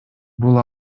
бул